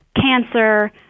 cancer